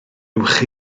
uwch